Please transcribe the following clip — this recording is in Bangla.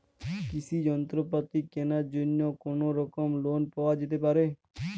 কৃষিযন্ত্রপাতি কেনার জন্য কোনোরকম লোন পাওয়া যেতে পারে?